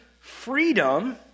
freedom